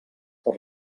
per